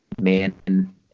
man